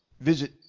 visit